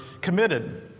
committed